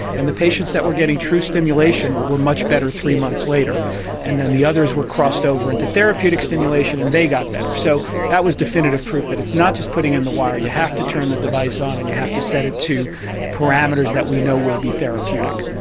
and the patients that were getting true stimulation were much better three months later and then the others were crossed over into therapeutic stimulation and they got better. so that was definitive proof that it's not just putting in the wire, you have to turn the device on and you have to set it to parameters that we know will be therapeutic.